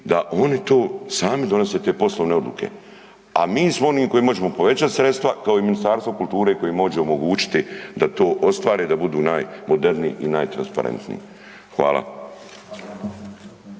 da oni to sami donose te poslovne odluke, a mi smo oni koji možemo povećat sredstva, kao i Ministarstvo kulture koji može omogućiti da to ostvare, da budu najmoderniji i najtransparentniji. Hvala.